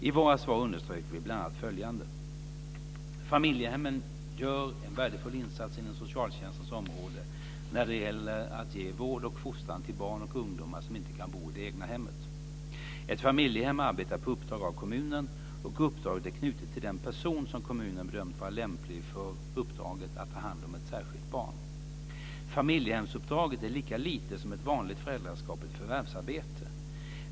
I våra svar underströk vi bl.a. följande: · Familjehemmen gör en värdefull insats inom socialtjänstens område när det gäller att ge vård och fostran till barn och ungdomar som inte kan bo i det egna hemmet. · Ett familjehem arbetar på uppdrag av kommunen, och uppdraget är knutet till den person som kommunen bedömt vara lämplig för uppdraget att ta hand om ett särskilt barn. · Familjehemsuppdraget är lika lite som ett vanligt föräldraskap ett förvärvsarbete.